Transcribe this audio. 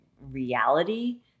reality